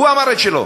הוא אמר את שלו,